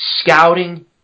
scouting